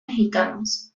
mexicanos